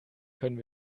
können